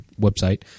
website